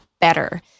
better